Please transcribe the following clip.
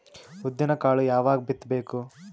ಉದ್ದಿನಕಾಳು ಯಾವಾಗ ಬಿತ್ತು ಬೇಕು?